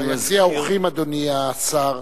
אדוני השר,